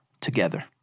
together